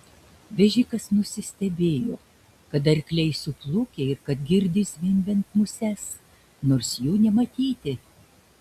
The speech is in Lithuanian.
vežikas nusistebėjo kad arkliai suplukę ir kad girdi zvimbiant muses nors jų nematyti